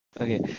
Okay